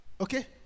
okay